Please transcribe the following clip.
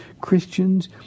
Christians